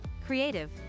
creative